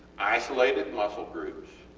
isolated muscle groups,